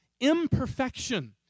imperfection